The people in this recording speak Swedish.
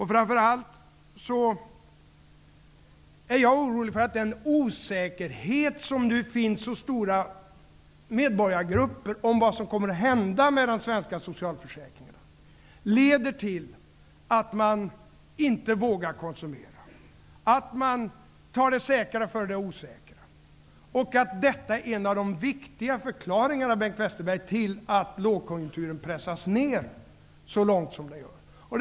Framför allt är jag orolig för att den osäkerhet som nu finns hos stora medborgargrupper om vad som kommer att hända med de svenska socialförsäkringarna leder till att man inte vågar konsumera, att man tar det säkra före det osäkra och att detta är en av de viktiga förklaringarna, Bengt Westerberg, till att lågkonjunkturen pressas ned så långt som den gör.